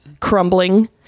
crumbling